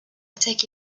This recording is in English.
take